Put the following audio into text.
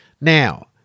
Now